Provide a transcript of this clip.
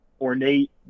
ornate